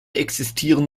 existieren